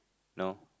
no